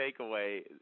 takeaway